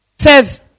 Says